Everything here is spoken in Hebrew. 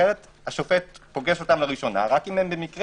אחרת השופט פוגש אותם לראשונה רק אם הם במקרה